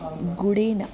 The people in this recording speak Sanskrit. गुडेन